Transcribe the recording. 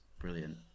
Brilliant